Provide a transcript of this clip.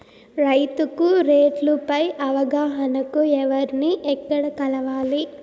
రైతుకు రేట్లు పై అవగాహనకు ఎవర్ని ఎక్కడ కలవాలి?